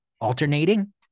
alternating